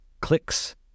clicks